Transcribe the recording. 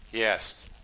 yes